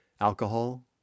alcohol